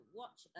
watch